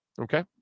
Okay